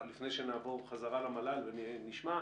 לפני שנעבור חזרה למל"ל ונשמע.